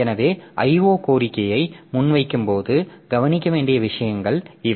எனவே IO கோரிக்கையை முன்வைக்கும்போது கவனிக்க வேண்டிய விஷயங்கள் இவை